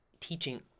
teaching